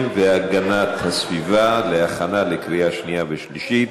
והגנת הסביבה להכנה לקריאה שנייה ושלישית.